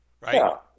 right